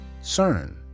CERN